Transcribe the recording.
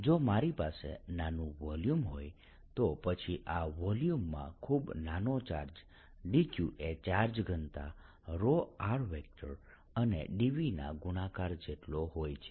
જો મારી પાસે નાનું વોલ્યુમ હોય તો પછી આ વોલ્યુમમાં ખૂબ નાનો ચાર્જ dq એ ચાર્જ ઘનતા અને dv ના ગુણાકાર જેટલો હોય છે